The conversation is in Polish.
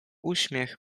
uśmiech